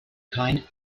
kind